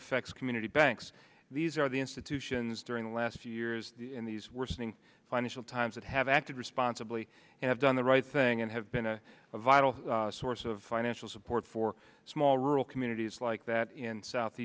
affects community banks these are the institutions during the last few years in these worsening financial times that have acted responsibly and have done the right thing and have been a vital source of financial support for small rural communities like that in